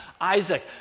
Isaac